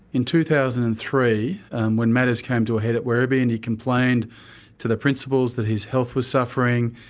in two thousand and three when matters came to a head at werribee and he complained to the principals that his health was suffering,